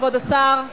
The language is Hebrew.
כבוד השר,